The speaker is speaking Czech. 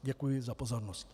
Děkuji za pozornost.